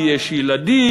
כי יש ילדים,